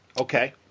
Okay